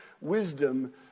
wisdom